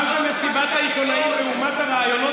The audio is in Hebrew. מה זה מסיבת העיתונאים לעומת הראיונות